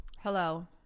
Hello